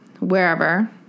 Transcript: wherever